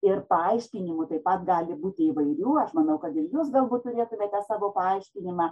ir paaiškinimų taip pat gali būti įvairių aš manau kad ir jūs galbūt norėtumėte savo paaiškinimą